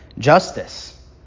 justice